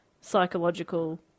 psychological